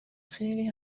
خیلی